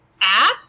app